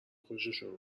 خوششون